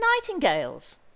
nightingales